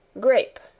GRAPE